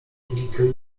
logikę